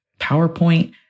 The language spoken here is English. PowerPoint